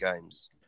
games